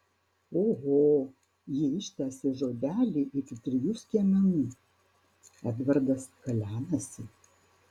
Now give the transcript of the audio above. oho ji ištęsė žodelį iki trijų skiemenų edvardas kalenasi